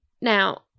Now